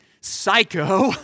psycho